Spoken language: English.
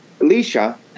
Alicia